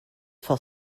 for